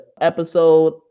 episode